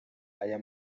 aya